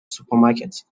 supermarket